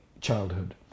childhood